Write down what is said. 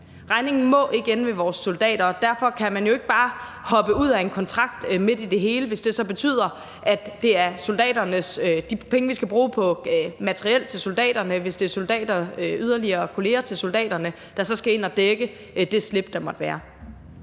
Regningen må ikke ende ved vores soldater, og man kan jo ikke bare hoppe ud af en kontrakt midt i det hele, hvis det så betyder, at det er de penge, vi skal bruge på materiel til soldaterne og yderligere kolleger til soldaterne, der så skal ind at dække det slip, der måtte være.